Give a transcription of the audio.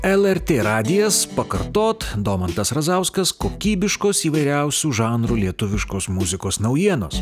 lrt radijas pakartot domantas razauskas kokybiškos įvairiausių žanrų lietuviškos muzikos naujienos